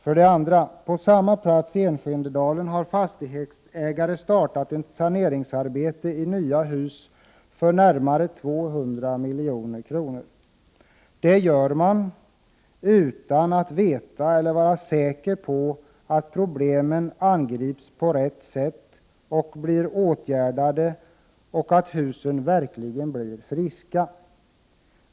För det andra har fastighetsägaren på samma plats i Enskededalen startat ett saneringsarbete i nya hus för närmare 200 milj.kr. Det gör man utan att veta eller vara säker på att problemen angrips på rätt sätt, att felen blir åtgärdade och att husen verkligen blir friska.